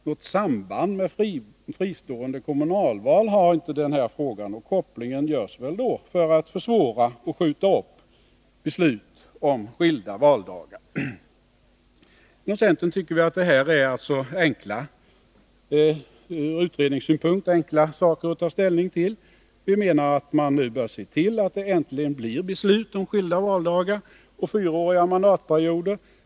Något samband med fristående kommunalval har den inte, och kopplingen görs väl för att försvåra och skjuta upp beslut om skilda valdagar. Inom centern tycker vi att detta ur utredningssynpunkt är enkla saker att ta ställning till. Vi menar att man nu bör se till att det äntligen blir beslut om skilda valdagar och fyraåriga mandatperioder.